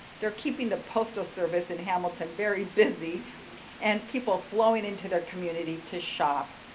they're keeping the postal service in hamilton very busy and people flowing into their community to shop.